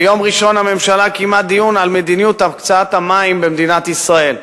ביום ראשון הממשלה קיימה דיון על מדיניות הקצאת המים במדינת ישראל,